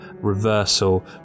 reversal